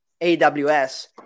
AWS